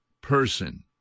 person